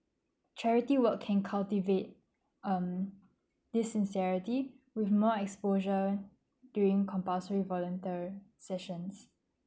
charity work can cultivate um this sincerity with more exposure during compulsory volunteer sessions